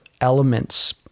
elements